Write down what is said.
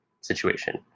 situation